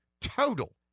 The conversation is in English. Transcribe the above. total